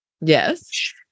Yes